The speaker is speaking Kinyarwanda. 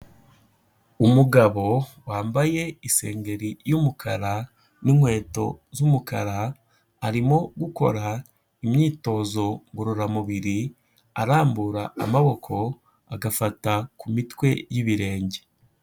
Umugabo wambaye isengeri y'umukara n'inkweto z'umukara, arimo gukora imyitozo ngororamubiri, arambura amaboko agafata ku mitwe y'ibirenge.